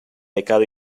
pecado